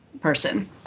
person